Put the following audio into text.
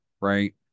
right